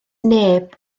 neb